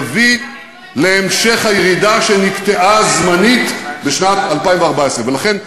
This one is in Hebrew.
יביא להמשך הירידה שנקטעה זמנית בשנת 2014. ולכן,